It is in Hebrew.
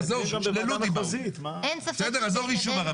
עזוב, יישוב ערבי.